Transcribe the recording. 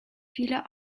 viele